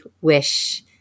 wish